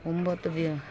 ಒಂಬತ್ತು ದಿನ